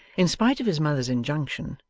in spite of his mother's injunction,